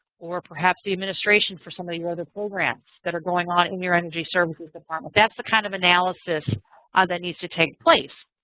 or perhaps the administration for some of the weather programs that are going on in your energy services department. that's the kind of analysis that needs to take place.